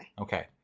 Okay